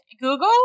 Google